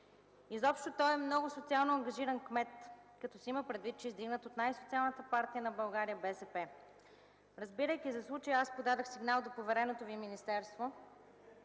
Изобщо той е много социално ангажиран кмет, като се има предвид че е издигнат от най-социалната партия в България – БСП. Разбирайки за случая, аз подадох сигнал до повереното Ви министерство.